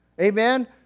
Amen